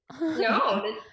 No